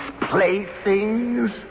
playthings